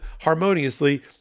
harmoniously